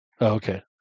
Okay